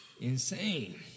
Insane